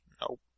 Nope